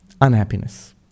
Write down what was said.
Unhappiness